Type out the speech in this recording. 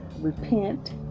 repent